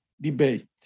debate